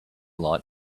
lot